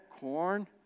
corn